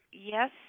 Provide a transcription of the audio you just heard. yes